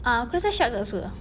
ah aku rasa shak tak suka